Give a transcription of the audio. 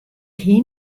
hie